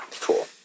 cool